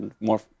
more